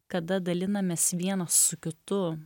kada dalinamės vienas su kitu